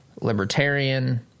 libertarian